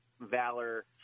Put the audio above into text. Valor